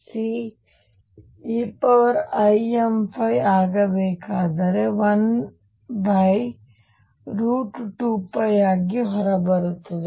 Q Ceimϕ ಆಗಬೇಕಾದರೆ 12π ಆಗಿ ಹೊರಬರುತ್ತದೆ